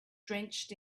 drenched